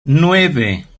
nueve